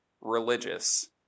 religious